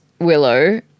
Willow